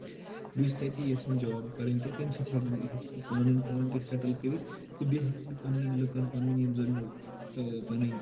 بہٕ چھُس تَتی یَژھان جاب کَرٕنۍ تہٕ تَمہِ سۭتۍ ہیٚکہٕ ہیٚکہٕ بہٕ پَنُن پان تہِ سیٹٕلۍ کٔرِتھ تہٕ بیٚیہِ ہیٚکہٕ بہٕ پَنٕنؠن لُکن پَنٕنۍ یِم زَن پَنٕنۍ